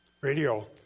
radio